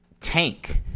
tank